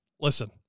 listen